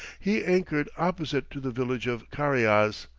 he anchored opposite to the village of cariaz.